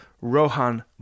Rohan